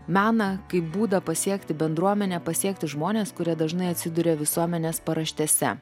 meną kaip būdą pasiekti bendruomenę pasiekti žmones kurie dažnai atsiduria visuomenės paraštėse